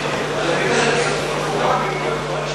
אני יודע שזה פורמלי,